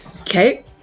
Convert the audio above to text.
okay